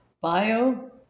bio